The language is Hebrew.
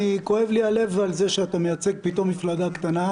כואב לי הלב על זה שאתה מייצג פתאום מפלגה קטנה.